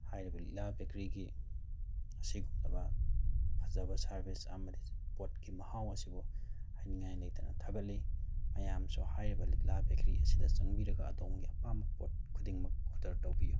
ꯍꯥꯏꯔꯤꯕ ꯂꯤꯛꯂꯥ ꯕꯦꯀꯔꯤꯒꯤ ꯑꯁꯤꯒꯨꯝꯂꯕ ꯐꯖꯕ ꯁꯥꯔꯕꯤꯁ ꯑꯃꯗꯤ ꯄꯣꯠꯀꯤ ꯃꯍꯥꯎ ꯑꯁꯤꯕꯨ ꯍꯥꯏꯅꯤꯡꯉꯥꯏ ꯂꯩꯇꯅ ꯊꯥꯒꯠꯂꯤ ꯃꯌꯥꯝꯁꯨ ꯍꯥꯏꯔꯤꯕ ꯂꯤꯛꯂꯥ ꯕꯦꯀꯔꯤ ꯑꯁꯤꯗ ꯆꯪꯕꯤꯔꯒ ꯑꯗꯣꯝꯒꯤ ꯑꯄꯥꯝꯕ ꯄꯣꯠ ꯈꯨꯗꯤꯡꯃꯛ ꯑꯣꯗꯔ ꯇꯧꯕꯤꯌꯨ